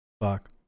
Fuck